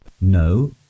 No